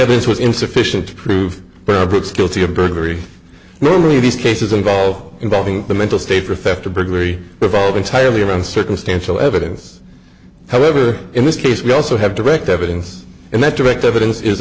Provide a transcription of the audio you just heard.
evidence was insufficient to prove their approach guilty of burglary normally these cases involve involving the mental state for theft or burglary revolve entirely around circumstantial evidence however in this case we also have direct evidence and that direct evidence is